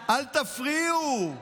אל תפריעו.